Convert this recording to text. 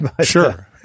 Sure